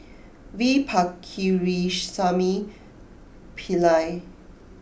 V Pakirisamy Pillai